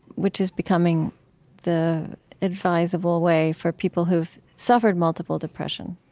which is becoming the advisable way for people who've suffered multiple depressions.